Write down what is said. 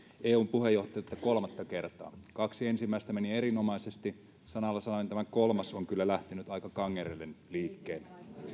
eun puheenjohtajuutta kolmatta kertaa kaksi ensimmäistä meni erinomaisesti sanalla sanoen tämä kolmas on kyllä lähtenyt aika kangerrellen liikkeelle